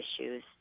issues